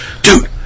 Dude